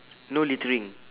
no littering